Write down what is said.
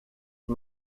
las